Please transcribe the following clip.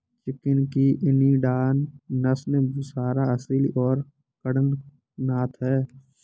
chicken की Indian नस्लें बुसरा, असील और कड़कनाथ हैं